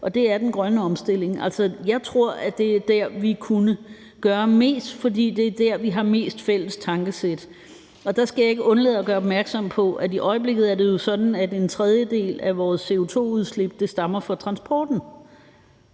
og det er den grønne omstilling. Jeg tror, at det er der, vi kunne gøre mest, for det er der, vi mest har fælles tankesæt. Og der skal jeg ikke undlade at gøre opmærksom på, at i øjeblikket er det sådan, at en tredjedel af vores CO2-udslip stammer fra transport.